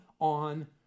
on